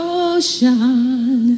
ocean